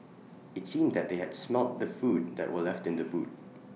IT seemed that they had smelt the food that were left in the boot